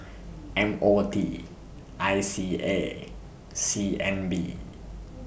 M O T I C A C N B